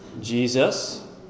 Jesus